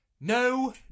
No